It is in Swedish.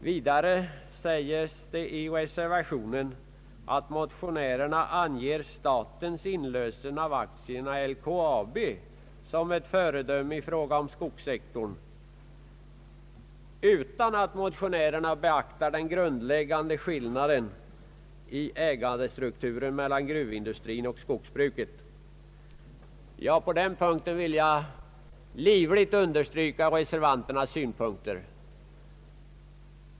Vidare sägs i reservationen att motionärerna anger statens inlösen av aktierna i LKAB såsom ett föredöme i fråga om skogssektorn, utan att motionärerna beaktar den grundläggande skillnaden i ägandestrukturen mellan gruvindustrin och skogsbruket. På den punkten vill jag livligt understryka reservanternas synpunkter.